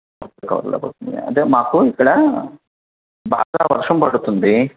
ముప్పై కవర్ల దాకా వచ్చాయా అంటే మాకు ఇక్కడ బాగా వర్షం పడుతుంది